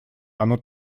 оно